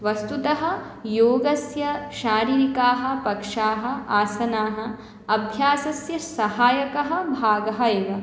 वस्तुतः योगस्य शारीरिकाः पक्षाः आसनाः अभ्यासस्य सहायकः भागः एव